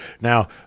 Now